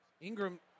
Ingram